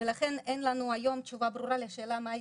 ולכן אין לנו היום תשובה ברורה לשאלה מהי